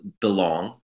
belong